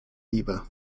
lieber